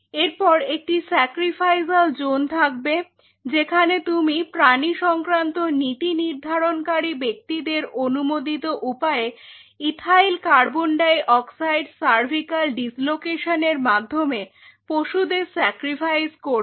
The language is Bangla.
এরপর একটি স্যাক্রিফাইসাল জোন থাকবে যেখানে তুমি প্রাণী সংক্রান্ত নীতিনির্ধারণকারি ব্যক্তিদের অনুমোদিত উপায়ে ethyl carbon dioxide cervical ডিসলোকেশনের মাধ্যমে পশুদের স্যাক্রিফাইস করবে